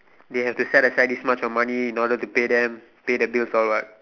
they have to set aside this much of money in order to pay them pay the bills all what